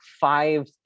five